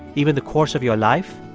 even the course of your life?